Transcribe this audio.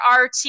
RT